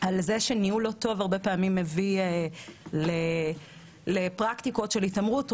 שניהול לא טוב מביא הרבה פעמים לפרקטיקות של התעמרות.